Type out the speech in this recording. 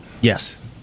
Yes